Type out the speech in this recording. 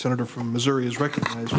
senator from missouri is recognized